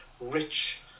rich